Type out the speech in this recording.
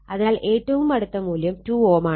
അതിനാൽ ഏറ്റവും അടുത്ത മൂല്യം 2 Ω ആണ്